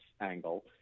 angle